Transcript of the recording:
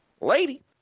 Lady